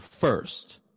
first